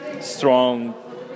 strong